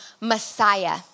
Messiah